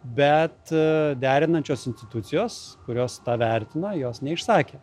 bet derinančios institucijos kurios tą vertina jos neišsakė